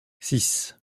six